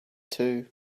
too